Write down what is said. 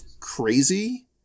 Crazy